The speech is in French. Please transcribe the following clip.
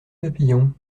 papillon